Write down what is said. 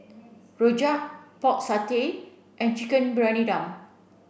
Rojak Pork Satay and Chicken Briyani Dum